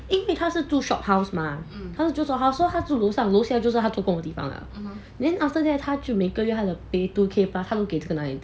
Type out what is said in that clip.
因为他是住 shophouse mah 他是住 shophouse so 他住楼上楼下就是他做工的地方 lah then after that 他就每个月他的 pay two K plus 然后他都给这个男孩子